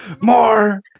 More